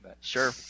Sure